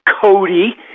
Cody